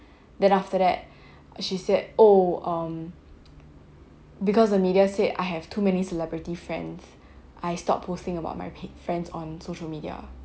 then after that she said oh um because the media said I have too many celebrity friends I stop posting about my friends on social media